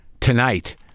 tonight